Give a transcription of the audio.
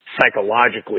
psychologically